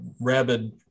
rabid